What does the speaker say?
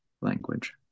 language